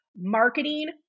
marketing